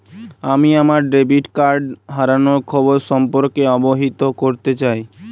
আমি আমার debit card হারানোর খবর সম্পর্কে অবহিত করতে চাই